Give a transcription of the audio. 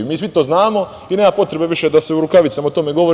Mi svi to znamo, i nema potrebe više da se u rukavicama o tome govori.